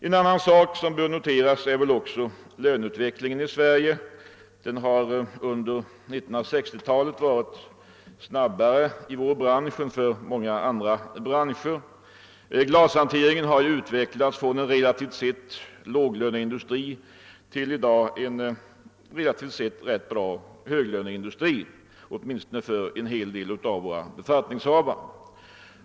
En annan sak som också bör noteras är löneutvecklingen i Sverige. Den har under 1960-talet varit snabbare inom vår bransch än inom många andra. Glashanteringen har utvecklats från att relativt sett ha varit en låglöneindustri till en ganska utpräglad höglöneindustri, åtminstone för många av våra befattningshavare.